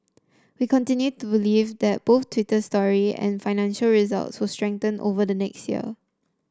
we continue to believe that both Twitter story and financial results will strengthen over the next year